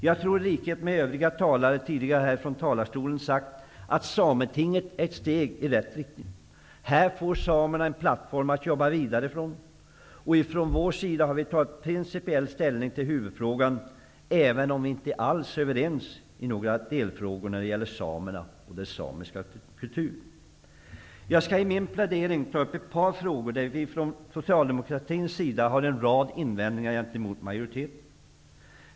Jag tror i likhet med övriga talare hittills i denna debatt, att Sametinget är ett steg i rätt riktning. Här får samerna en plattform att jobba vidare från. Från vår sida har vi tagit principiell ställning till huvudfrågan, även om vi inte alls är överens i några av delfrågorna när det gäller samerna och den samiska kulturen. Jag skall i min plädering ta upp ett par frågor, i vilka vi socialdemokrater har en rad invändningar gentemot utskottsmajoriteten.